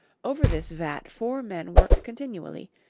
over this vat four men work continually,